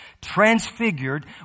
Transfigured